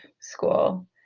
school